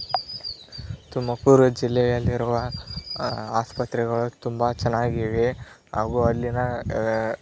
ತುಮಕೂರು ಜಿಲ್ಲೆಯಲ್ಲಿರುವ ಆಸ್ಪತ್ರೆಗಳು ತುಂಬ ಚೆನ್ನಾಗಿವೆ ಹಾಗೂ ಅಲ್ಲಿನ